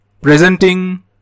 Presenting